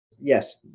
Yes